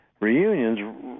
reunions